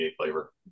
flavor